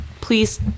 Please